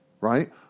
right